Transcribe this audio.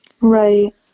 Right